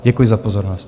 Děkuji za pozornost.